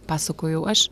pasakojau aš